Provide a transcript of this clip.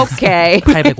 Okay